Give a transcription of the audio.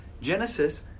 Genesis